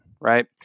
right